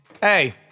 hey